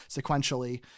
sequentially